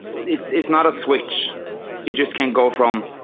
it's it's not a switch you just can go from.